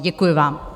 Děkuji vám.